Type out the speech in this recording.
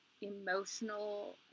emotional